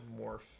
morph